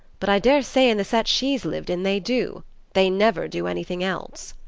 but i daresay in the set she's lived in they do they never do anything else.